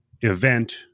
event